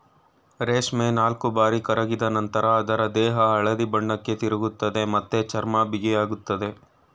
ರೇಷ್ಮೆ ನಾಲ್ಕುಬಾರಿ ಕರಗಿದ ನಂತ್ರ ಅದ್ರ ದೇಹ ಹಳದಿ ಬಣ್ಣಕ್ಕೆ ತಿರುಗ್ತದೆ ಮತ್ತೆ ಚರ್ಮ ಬಿಗಿಯಾಗ್ತದೆ